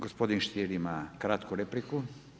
Gospodin Stier ima kratku repliku.